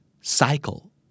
Cycle